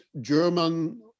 German